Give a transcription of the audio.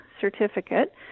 certificate